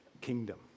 kingdom